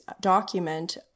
document